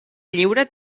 lliure